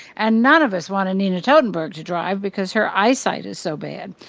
and none of us wanted nina totenberg to drive because her eyesight is so bad.